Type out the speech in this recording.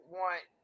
want